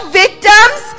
victims